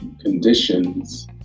conditions